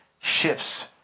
shifts